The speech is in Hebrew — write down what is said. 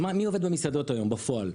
מי עובד במסעדות היום בפועל?